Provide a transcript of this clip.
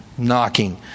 Knocking